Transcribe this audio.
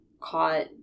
caught